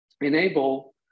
enable